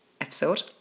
episode